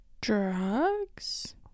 drugs